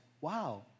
wow